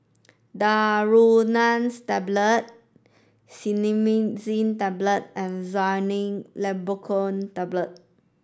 Daneuron Cinnarizine Tablets and Xyzal Levocetirizine Tablets